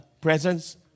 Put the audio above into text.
presence